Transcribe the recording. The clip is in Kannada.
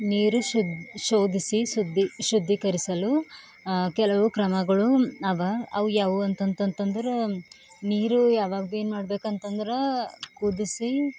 ನೀರು ಶುದ್ಧ ಶೋದಿಸಿ ಸುದ್ಧಿ ಶುದ್ದೀಕರಿಸಲು ಕೆಲವು ಕ್ರಮಗಳು ಅವ ಅವು ಯಾವುವು ಅಂತಂತಂತಂದ್ರೆ ನೀರು ಯಾವಾಗ ಭಿ ಏನು ಮಾಡ್ಬೇಕಂತಂದ್ರೆ ಕುದಿಸಿ